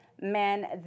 men